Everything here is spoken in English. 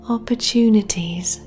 Opportunities